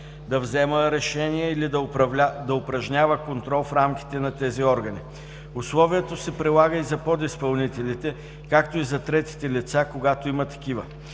да взема решения или да упражнява контрол в рамките на тези органи. Условието се прилага и за подизпълнителите, както и за третите лица – когато има такива.